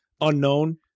unknown